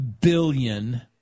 billion